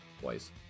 twice